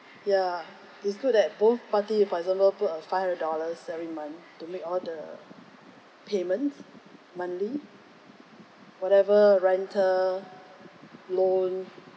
ya it's good that both party for example put a five hundred dollars every month to make all the payments monthly whatever rental loan